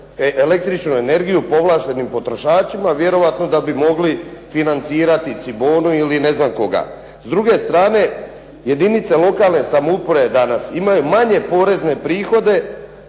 električnu energiju povlaštenim potrošačima vjerojatno da bi mogli financirati Cibonu ili ne znam koga. S druge strane, jedinice lokalne samouprave danas imaju manje porezne prihode